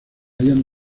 hallan